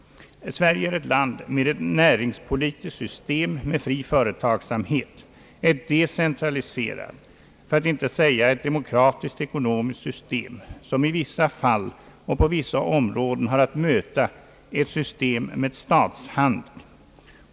Sverige är ett land med ett näringspolitiskt system med fri företagsamhet, ett decentraliserat för att inte säga ett demokratiskt ekonomiskt system som i vissa fall och på vissa områden har att möta ett system med statshandel.